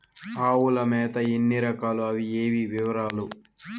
ఆవుల మేత ఎన్ని రకాలు? అవి ఏవి? వివరాలు?